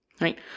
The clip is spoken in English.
right